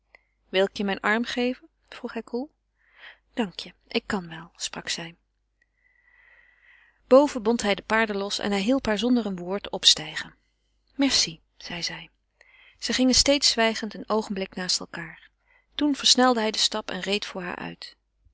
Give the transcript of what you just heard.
ik je mijn arm geven vroeg hij koel dank je ik kan wel sprak zij boven bond hij de paarden los en hij hielp haar zonder een woord opstijgen merci zeide zij zij gingen steeds zwijgend een oogenblik naast elkaâr toen versnelde hij den stap en reed voor haar uit